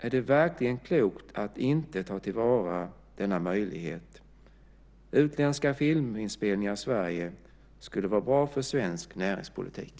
Är det verkligen klokt att inte ta till vara denna möjlighet? Utländska filminspelningar i Sverige skulle vara bra för svensk näringspolitik.